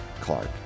Clark